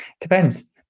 depends